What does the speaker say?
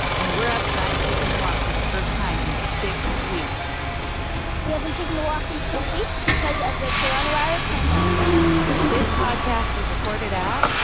and we're outside taking a walk for the first time in six weeks we haven't taken a walk in six weeks because of the coronavirus pandemic this podcast was recorded at.